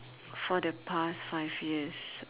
for the past five years